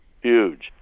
huge